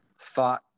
thought